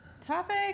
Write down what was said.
topic